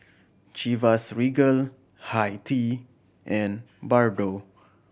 Chivas Regal Hi Tea and Bardot